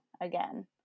again